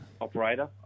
Operator